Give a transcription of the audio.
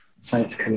science